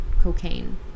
cocaine